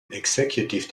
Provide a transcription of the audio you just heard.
executive